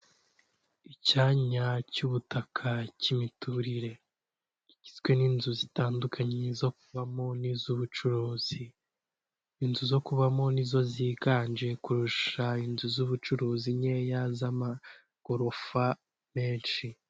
Icyanya cy'ubutaka cy'imiturire kigizwe n'inzu zitandukanye zo kubamo n'iz'ubucuruzi, inzu zo kubamo nizo ziganje kurusha inzu z'ubucuruzi nkeya z'amagorofa menshi.